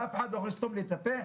ואף אחד לא יכול לסתום לי את הפה,